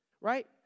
right